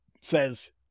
says